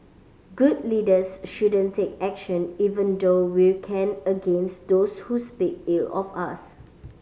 good leaders shouldn't take action even though we can against those who speak ill of us